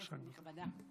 כנסת נכבדה,